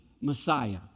Messiah